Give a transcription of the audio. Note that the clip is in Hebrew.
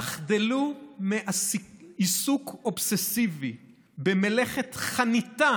תחדלו מעיסוק אובססיבי במלאכת חניטה